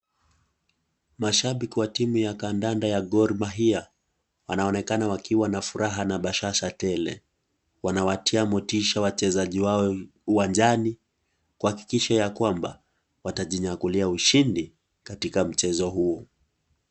Mashabiki wa timu ya kandanda ya Gorrmahia wanaonekana wakiwa na bashasha na furaha tele wanawatia motisha wachezaji wao uwanjani ili kuhakikisha kwamba watajinyakulia ushindi katika mchezo huo.